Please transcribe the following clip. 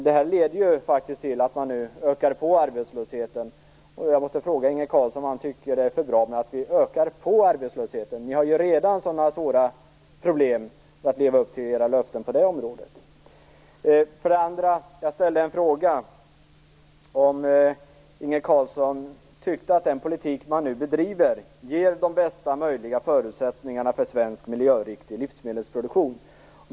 Det leder faktiskt till att arbetslösheten ökar. Jag måste fråga Inge Carlsson om han tycker att det är bra att man ökar arbetslösheten. Ni har redan svåra problem med att leva upp till era löften på det området. Jag ställde en fråga om Inge Carlsson tyckte att den politik man nu bedriver ger de bästa möjliga förutsättningarna för svensk miljöriktig livsmedelsproduktion.